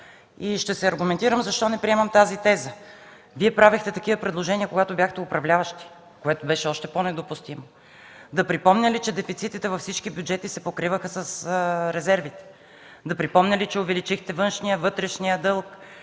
и ще се аргументирам защо не приемам тази теза. Вие правехте такива предложения, когато бяхте управляващи, което беше още по-недопустимо. Да припомня ли, че дефицитите във всички бюджети се покриваха с резервите? Да припомня ли, че увеличихте външния, вътрешния дълг